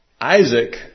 Isaac